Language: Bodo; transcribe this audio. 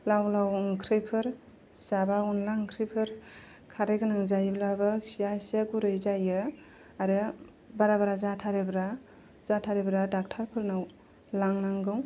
लाव लाव ओंख्रिफोर जाबा अनला ओंख्रिफोर खारैगोनां जायोब्लाबो खिया एसे गुरै जायो आरो बारा बारा जाथारोब्ला डक्ट'रफोरनाव लांनांगौ